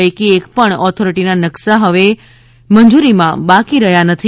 પૈકી એક પણ ઓથોરીટીના નકશા હવે મંજૂરીમાં બાકી રહ્યા નથી